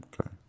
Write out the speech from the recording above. okay